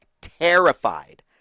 terrified